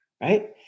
right